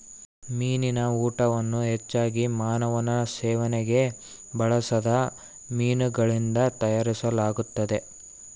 ಮೀನಿನ ಊಟವು ಹೆಚ್ಚಾಗಿ ಮಾನವನ ಸೇವನೆಗೆ ಬಳಸದ ಮೀನುಗಳಿಂದ ತಯಾರಿಸಲಾಗುತ್ತದೆ